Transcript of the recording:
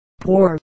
poor